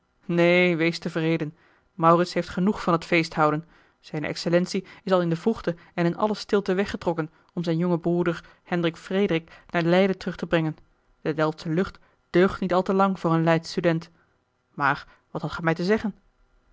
neen wees tevreden maurits heeft genoeg van het feest houden zijne excellentie is al in de vroegte en in alle stilte weggetrokken om zijn jongen broeder hendrik frederik naar leiden terug te brengen de delftsche lucht deugt niet al te lang voor een leidsch student maar wat hadt gij mij te zeggen